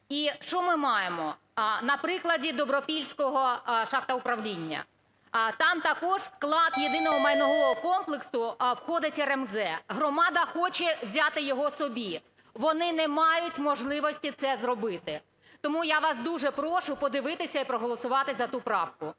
І що ми маємо? На прикладі Добропільського шахтоуправління. Там також в склад єдиного майнового комплексу входить РМЗ. Громада хоче взяти його собі, вони не мають можливості це зробити. Тому я вас дуже прошу подивитися і проголосувати за ту правку.